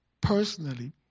personally